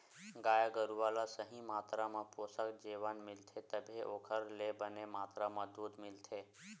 गाय गरूवा ल सही मातरा म पोसक जेवन मिलथे तभे ओखर ले बने मातरा म दूद मिलथे